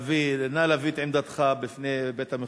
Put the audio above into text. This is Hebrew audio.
נא להביא את עמדתך בפני בית-המחוקקים.